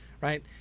right